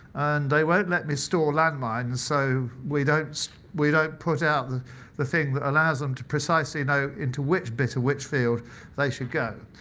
they won't let me store landmines, so we don't we don't put out the thing that allows them to precisely know into which bit of which field they should go.